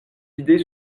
idées